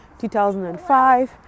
2005